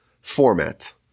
format